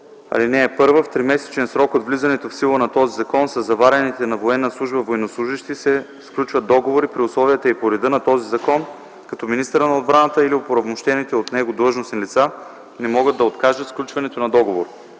„§ 141. (1) В тримесечен срок от влизането в сила на този закон със заварените на военна служба военнослужещи се сключват договори при условията и по реда на този закон, като министърът на отбраната и оправомощените от него длъжностни лица не могат да откажат сключването на договор.